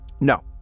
No